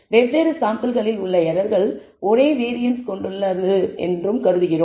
வெவ்வேறு சாம்பிள்களில் உள்ள எரர்கள் ஒரே வேரியன்ஸ் கொண்டுள்ளன என்றும் கருதுகிறோம்